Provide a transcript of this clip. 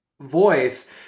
voice